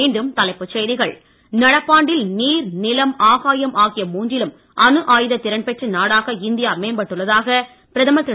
மீண்டும் தலைப்புச் செய்திகள் நடப்பாண்டில் நீர் நிலம் ஆகாயம் ஆகிய மூன்றிலும் அணு ஆயுத திறன் பெற்ற நாடாக இந்தியா மேம்பட்டுள்ளதாக பிரதமர் திரு